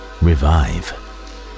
revive